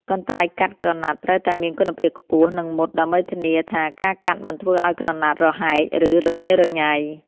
កន្ត្រៃកាត់ក្រណាត់ត្រូវតែមានគុណភាពខ្ពស់ និងមុត ដើម្បីធានាថាការកាត់មិនធ្វើឱ្យក្រណាត់រហែក ឬរញ៉េរញ៉ៃ។